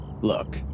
look